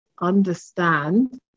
understand